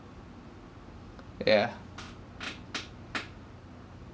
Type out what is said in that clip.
yeah